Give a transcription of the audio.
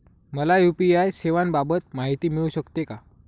मला यू.पी.आय सेवांबाबत माहिती मिळू शकते का?